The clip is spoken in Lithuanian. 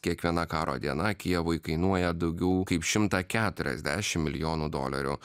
kiekviena karo diena kijevui kainuoja daugiau kaip šimtą keturiasdešimt milijonų dolerių